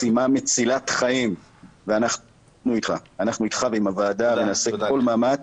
משימה מצילת חיים ואנחנו איתך ועם הוועדה ונעשה כל מאמץ,